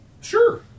Sure